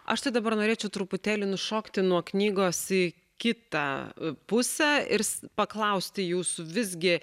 aš tai dabar norėčiau truputėlį nušokti nuo knygos į kitą pusę ir paklausti jūsų visgi